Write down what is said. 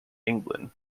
england